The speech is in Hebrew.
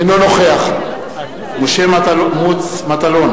אינו נוכח משה מטלון,